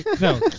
No